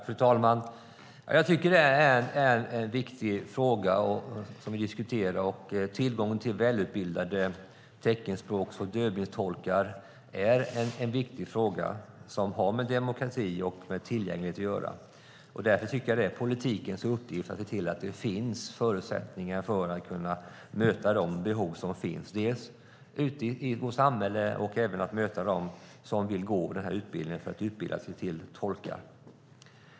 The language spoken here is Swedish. Fru talman! Det är en viktig fråga vi diskuterar. Tillgången till välutbildade teckenspråks och dövblindtolkar är en viktig fråga som har med demokrati och tillgänglighet att göra. Därför tycker jag att det är politikens uppgift att se till att det finns förutsättningar för att möta de behov som finns i vårt samhälle och för att möta dem som vill gå den här utbildningen för att utbilda sig till tolkar.